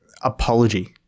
apology